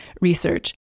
research